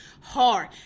hard